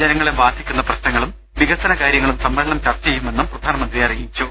ജനങ്ങളെ ബാധിക്കുന്ന പ്രശ്നങ്ങളും വികസന കാര്യങ്ങളും സമ്മേളനം ചർച്ച ചെയ്യുമെന്നും പ്രധാ നമന്ത്രി അറിയിച്ചു